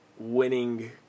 winning